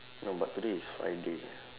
no but today is Friday